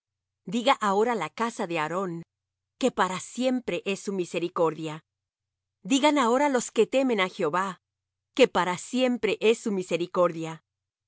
á og rey de basán porque para siempre es su misericordia y dió la tierra de ellos en heredad porque para siempre es su misericordia en